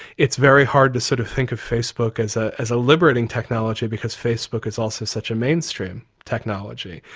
it's very hard to sort of think of facebook as ah as a liberating technology, because facebook is also such a mainstream technology.